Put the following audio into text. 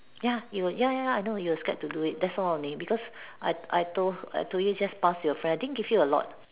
ya it was ya ya ya you were scared to do it that's all only because I I told I told you to just pass to your friends I didn't give you a lot